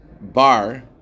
bar